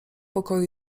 pokoju